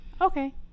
Okay